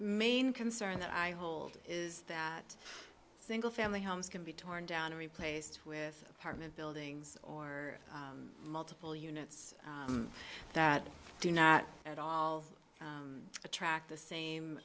main concern that i hold is that single family homes can be torn down replaced with apartment buildings or multiple units that do not at all attract